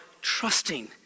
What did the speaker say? trusting